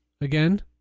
again